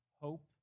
hope